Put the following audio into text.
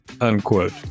unquote